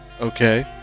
okay